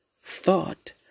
thought